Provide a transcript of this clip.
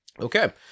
Okay